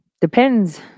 Depends